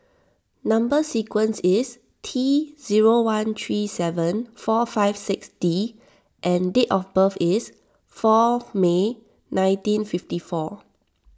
Number Sequence is T zero one three seven four five six D and date of birth is four May nineteen fifty four